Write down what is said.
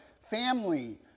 family